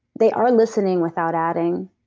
they are listening without adding.